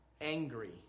angry